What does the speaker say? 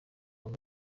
muri